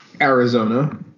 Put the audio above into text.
Arizona